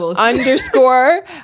underscore